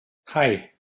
hei